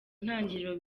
ntangiriro